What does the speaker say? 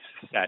set